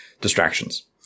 Distractions